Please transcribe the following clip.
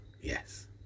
Yes